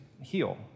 heal